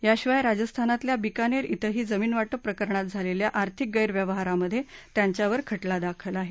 याशिवाय राजस्थानातल्या बिकानेर इथंही जमीन वाटप प्रकरणात झालेल्या आर्थिक गैरव्यवहारांमध्ये त्यांच्यावर खटला दाखल आहे